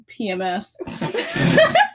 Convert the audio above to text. PMS